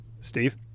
Steve